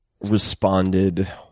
responded